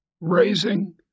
raising